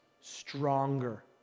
stronger